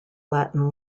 latin